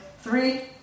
three